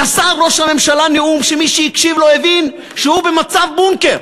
נשא ראש הממשלה נאום שמי שהקשיב לו הבין שהוא במצב בונקר.